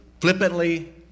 flippantly